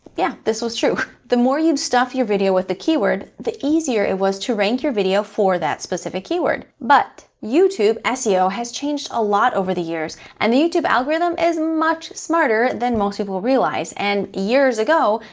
yeah, this was true. the more you'd stuff your video with the keyword, the easier it was to rank your video for that specific keyword. but, youtube ah seo has changed a lot over the years, and the youtube algorithm is much smarter than most people would realize, and years ago,